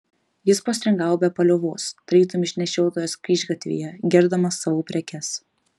jis postringavo be paliovos tarytum išnešiotojas kryžgatvyje girdamas savo prekes